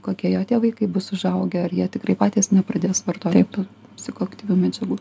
kokie jo tie vaikai bus užaugę ar jie tikrai patys nepradės vartoti psichoaktyvių medžiagų